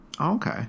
Okay